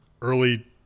early